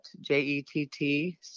j-e-t-t